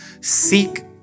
seek